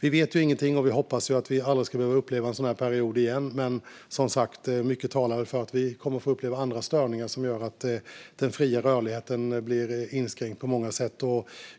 Vi vet ju ingenting om framtiden, och vi hoppas att vi aldrig ska behöva uppleva en sådan här period igen. Men mycket talar ju, som sagt, för att vi kommer att få uppleva andra störningar som gör att den fria rörligheten blir inskränkt på många sätt.